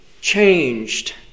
changed